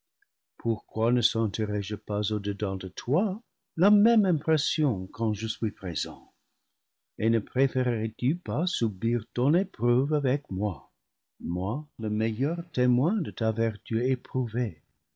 pourquoi ne sentirais je pas au-dedans de toi la même impression quand je suis pré sent et ne préférerais tu pas subir ton épreuve avec moi moi le meilleur témoin de ta vertu éprouvée